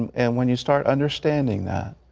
and when you start understanding that,